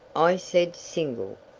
i said single.